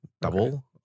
double